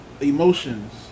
emotions